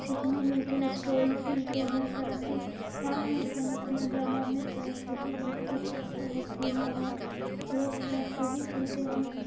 سیکھنے ملتے اسٹوریز ملتے ہیں ترقی اور ہمارے حیدر آباد میں ترقی بھی بہت اچھے سے ہوتی ہے اور لوگ ترقی بھی کرتے ہیں